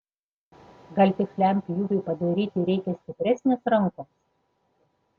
gal tiksliam pjūviui padaryti reikia stipresnės rankos